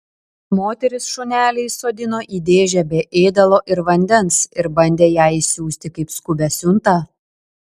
moteris šunelį įsodino į dėžę be ėdalo ir vandens ir bandė ją išsiųsti kaip skubią siuntą